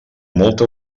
molta